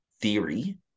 theory